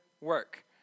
work